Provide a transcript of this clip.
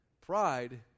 Pride